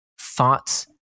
thoughts